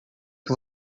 que